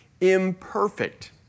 imperfect